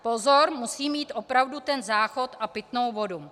Pozor, musí mít opravdu ten záchod a pitnou vodu!